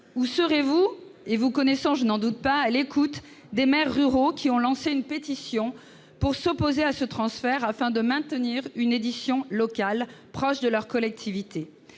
Ou serez-vous- vous connaissant, je n'en doute pas ! -à l'écoute des maires ruraux, qui ont lancé une pétition pour s'opposer à ce transfert, afin de maintenir une édition locale, proche de leur collectivité ?